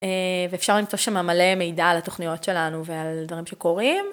ואפשר למצוא שם מלא מידע על התוכניות שלנו ועל הדברים שקורים.